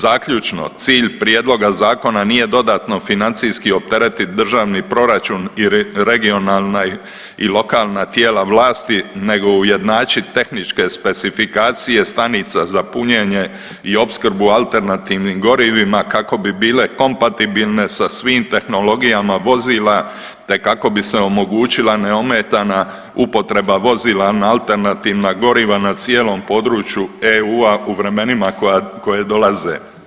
Zaključno cilj prijedloga zakona nije dodatno financijski opteretit državni proračun i regionalna i lokalna tijela vlasti, nego ujednačiti tehničke specifikacije stanica za punjenje i opskrbu alternativnim gorivima kako bi bile kompatibilne sa svim tehnologijama vozila, te kako bi se omogućila neometana upotreba vozila na alternativna goriva na cijelom području EU-a u vremenima koja dolaze.